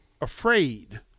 afraid